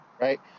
right